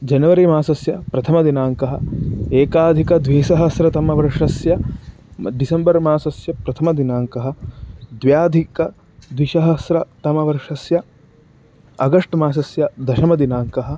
जनवरि मासस्य प्रथमदिनाङ्कः एकाधिकद्विसहस्रतमवर्षस्य डिसम्बर् मासस्य प्रथमदिनाङ्कः द्व्यधिकद्विसहस्रतमवर्षस्य अगस्ट् मासस्य दशमदिनाङ्कः